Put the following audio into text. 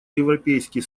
европейский